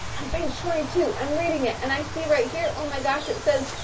on page twenty two i am reading it and i see right here, oh my gosh, it says,